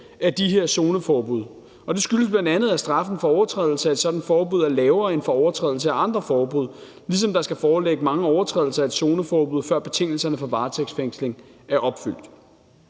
af de her zoneforbud, og det skyldes bl.a., at straffen for overtrædelse af et sådant forbud er lavere end for overtrædelse af andre forbud, ligesom der skal foreligge mange overtrædelser af et zoneforbud, før betingelserne for varetægtsfængsling er opfyldt.